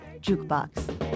jukebox